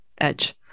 edge